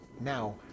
now